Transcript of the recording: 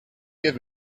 give